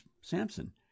Samson